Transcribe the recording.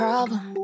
Problem